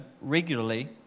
regularly